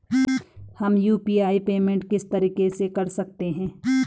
हम UPI payment किस तरीके से कर सकते हैं?